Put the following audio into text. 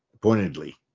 pointedly